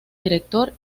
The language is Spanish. director